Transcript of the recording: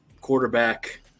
quarterback